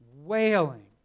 wailing